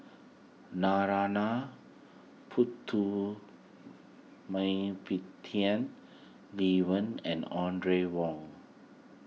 Narana Putumaippittan Lee Wen and Audrey Wong